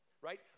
right